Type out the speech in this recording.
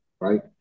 right